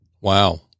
Wow